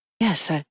Yes